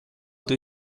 tõi